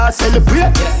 celebrate